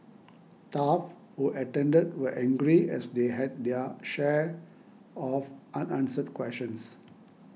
staff who attended were angry as they had their share of unanswered questions